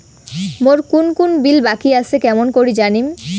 মোর কুন কুন বিল বাকি আসে কেমন করি জানিম?